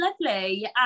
lovely